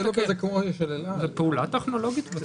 זאת פעולה טכנולוגית.